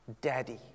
Daddy